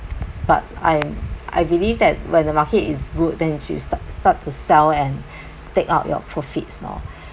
but I I believe that when the market is good then you start start to sell and take out your profits lor